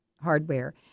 hardware